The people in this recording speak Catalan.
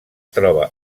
troba